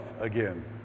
again